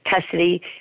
custody